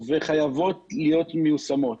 וחייבות להיות מיושמות.